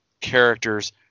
characters